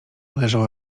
leżała